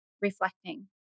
reflecting